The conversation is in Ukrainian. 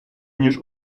ніж